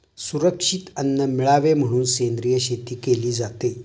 सुरक्षित अन्न मिळावे म्हणून सेंद्रिय शेती केली जाते